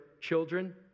children